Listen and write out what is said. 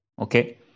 Okay